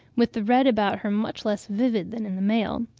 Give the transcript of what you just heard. with the red about her much less vivid than in the male.